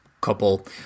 couple